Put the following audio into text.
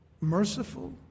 merciful